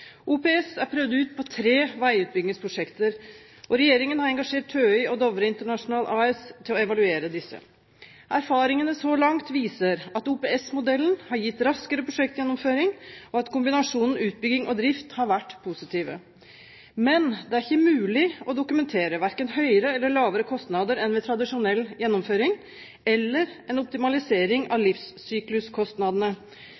OPS er prøvd ut på tre veiutbyggingsprosjekter, og regjeringen har engasjert TØI og Dovre International AS til å evaluere disse. Erfaringene så langt viser at OPS-modellen har gitt raskere prosjektgjennomføring, og at kombinasjonen utbygging og drift har vært positiv. Men det er ikke mulig å dokumentere verken høyere eller lavere kostnader enn ved tradisjonell gjennomføring eller en optimalisering av